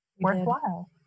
worthwhile